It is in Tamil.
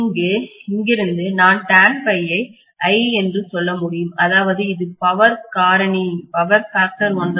இங்கிருந்து நான் ஐ 0 என்று சொல்ல முடியும் அதாவது இது பவர் காரணி ஒன்றாக இருக்கும்